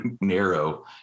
narrow